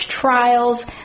trials